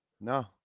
No